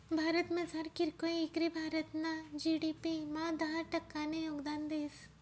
भारतमझार कीरकोय इकरी भारतना जी.डी.पी मा दहा टक्कानं योगदान देस